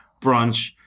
brunch